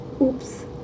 oops